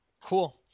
Cool